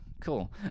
Cool